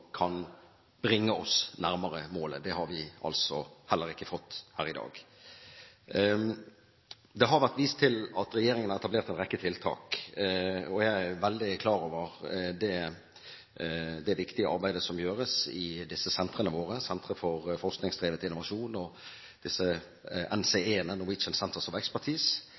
kan bringe oss nærmere målet – det har vi heller ikke fått her i dag. Det har vært vist til at regjeringen har etablert en rekke tiltak, og jeg er veldig klar over det viktige arbeidet som gjøres i disse sentrene våre, Sentre for forskningsdrevet innovasjon og disse